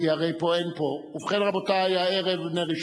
ותועבר לוועדת הפנים על מנת להכינה לקריאה